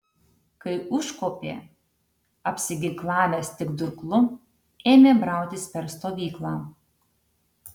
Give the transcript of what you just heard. kai užkopė apsiginklavęs tik durklu ėmė brautis per stovyklą